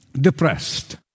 depressed